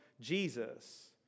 Jesus